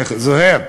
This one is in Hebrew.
זוהיר,